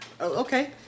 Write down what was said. Okay